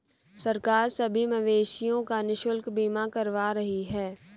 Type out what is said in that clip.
सरकार सभी मवेशियों का निशुल्क बीमा करवा रही है